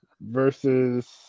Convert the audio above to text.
versus